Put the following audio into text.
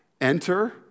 Enter